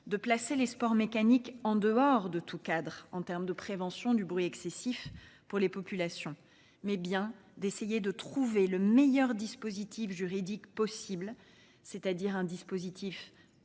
de placer les sports mécaniques en dehors de tout cadre en termes de prévention du bruit excessif pour les populations, mais bien d'essayer de trouver le meilleur dispositif juridique possible, c'est-à-dire un dispositif